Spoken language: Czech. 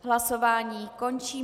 Hlasování končím.